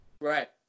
Right